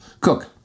cook